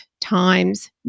Times